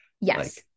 Yes